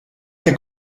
che